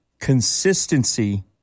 consistency